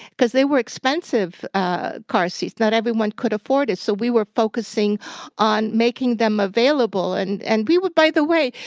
because they were expensive, ah car seats. not everyone could afford it, so we were focusing on making them available. and and we were, by the way,